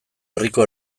herriko